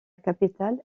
capitale